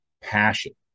Passion